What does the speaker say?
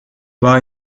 war